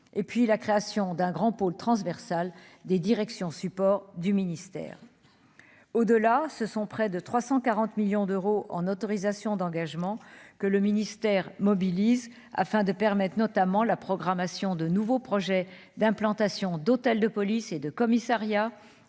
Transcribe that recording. et puis la création d'un grand pôle transversale des directions, support du ministère au-delà, ce sont près de 340 millions d'euros en autorisations d'engagement que le Ministère mobilise afin de permettre notamment la programmation de nouveaux projets d'implantation d'hôtel, de police et de commissariats